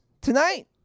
Tonight